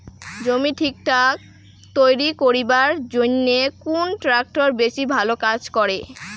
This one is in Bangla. জমি ঠিকঠাক তৈরি করিবার জইন্যে কুন ট্রাক্টর বেশি ভালো কাজ করে?